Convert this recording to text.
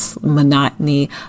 monotony